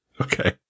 Okay